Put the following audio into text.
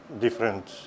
different